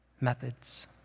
methods